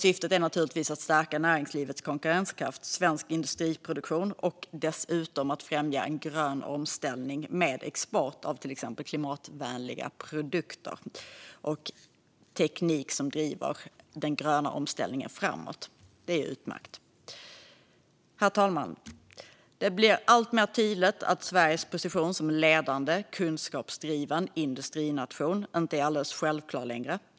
Syftet är naturligtvis att stärka näringslivets konkurrenskraft och svensk industriproduktion och dessutom att främja en grön omställning med export av till exempel klimatvänliga produkter och teknik som driver den gröna omställningen framåt. Det är utmärkt. Herr talman! Det blir alltmer tydligt att Sveriges position som ledande kunskapsdriven industrination inte längre är alldeles självklar.